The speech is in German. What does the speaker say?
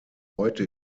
heute